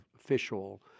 official